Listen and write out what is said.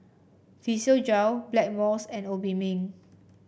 Physiogel Blackmores and Obimin